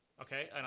Okay